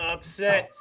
Upset